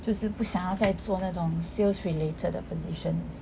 就是不想再做那种 sales related 的 position